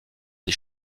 des